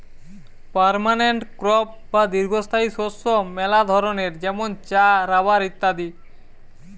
permanent crop বা দীর্ঘস্থায়ী শস্য মেলা ধরণের যেমন চা, রাবার ইত্যাদি